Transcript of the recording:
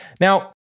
Now